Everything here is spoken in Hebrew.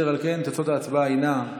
אשר על כן, תוצאות ההצבעה הינן: